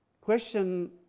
question